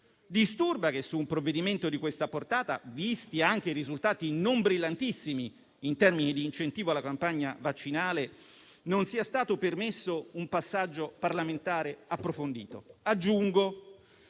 Disturba che su un provvedimento di questa portata, visti anche i risultati non brillantissimi in termini di incentivo alla campagna vaccinale, non sia stato permesso un esame parlamentare approfondito.